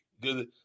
good